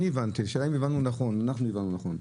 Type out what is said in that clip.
השאלה אם הבנו נכון, אם אני הבנתי נכון.